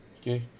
okay